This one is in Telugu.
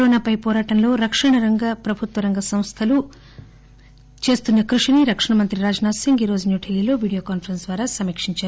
కరోనా పై పోరాటంలో రక్షణ రంగ ప్రభుత్వరంగ సంస్టలు చేస్తున్న కృషిని రక్షణ మంత్రి రాజ్ నాథ్ సింగ్ ఈ రోజు న్యూఢిలీల్లో వీడియో కాన్సరెస్ప్ ద్వారా సమీకించారు